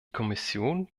kommission